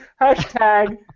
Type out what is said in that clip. Hashtag